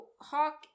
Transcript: Hawk